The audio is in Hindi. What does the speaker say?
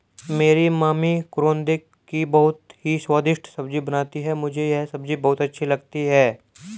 मेरी मम्मी करौंदे की बहुत ही स्वादिष्ट सब्जी बनाती हैं मुझे यह सब्जी बहुत अच्छी लगती है